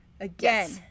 Again